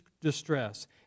distress